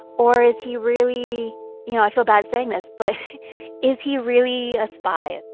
or is he really you know, i feel bad saying this, but is he really a spy?